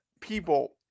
people